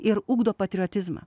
ir ugdo patriotizmą